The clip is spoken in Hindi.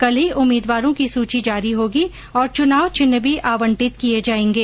कल ही उम्मीदवारों की सूची जारी होगी और चुनाव चिन्ह भी आवंटित किए जाएंगे